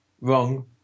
Wrong